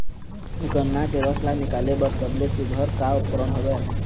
गन्ना के रस ला निकाले बर सबले सुघ्घर का उपकरण हवए?